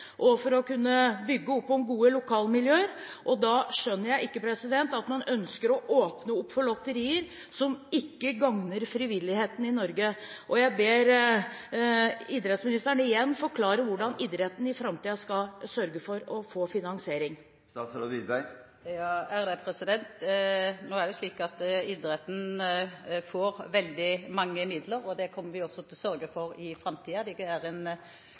og bygge opp gode lokalmiljøer. Da skjønner jeg ikke at man ønsker å åpne opp for lotterier som ikke gagner frivilligheten i Norge. Jeg ber idrettsministeren igjen forklare hvordan idretten i framtiden skal bli finansiert. Nå er det slik at idretten får veldig mange midler. Det kommer vi også til å sørge for i framtiden. En økning i tippenøkkelen vil bidra til enda flere midler i årene som kommer. Men når det